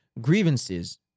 grievances